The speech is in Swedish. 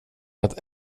att